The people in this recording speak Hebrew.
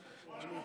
הוא אלוף,